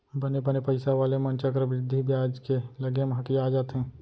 बने बने पइसा वाले मन चक्रबृद्धि बियाज के लगे म हकिया जाथें